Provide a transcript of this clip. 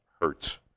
hurts